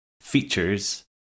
features